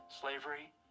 Slavery